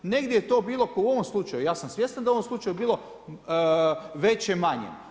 Negdje je to bilo kao u ovom slučaju, ja sam svjestan da je u ovom slučaju bilo veće, manje.